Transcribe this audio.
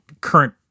current